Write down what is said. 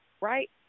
right